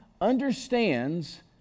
understands